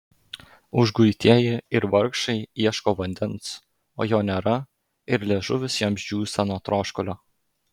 užguitieji ir vargšai ieško vandens o jo nėra ir liežuvis jiems džiūsta nuo troškulio